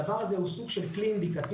הדבר הזה הוא סוג של כלי אינדיקטיבי.